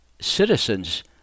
Citizens